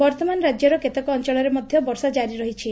ବର୍ଉମାନ ରାଜ୍ୟର କେତେକ ଅଞ୍ଞଳରେ ମଧ୍ଧ ବର୍ଷା ଜାରି ରହିଛି